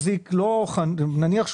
נניח,